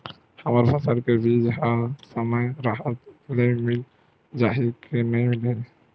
हमर फसल के बीज ह समय राहत ले मिल जाही के नी मिलही?